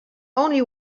only